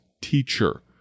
teacher